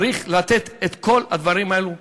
צריך לתת את כל הדברים האלה.